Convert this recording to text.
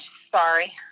Sorry